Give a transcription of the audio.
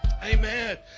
Amen